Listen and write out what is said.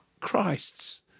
Christ's